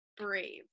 brave